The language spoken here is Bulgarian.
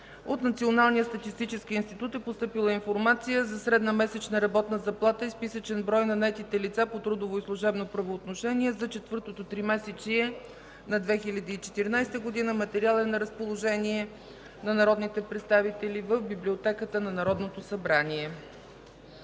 от Националния статистически институт е постъпила информация за средната месечна работна заплата и списъчния брой на наетите по трудово и служебно правоотношение за четвъртото тримесечие на 2014 г. Материалът е на разположение на народните представители в Библиотеката на Народното събрание.